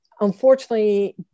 unfortunately